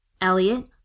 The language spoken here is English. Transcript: Elliot